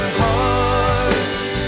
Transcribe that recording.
hearts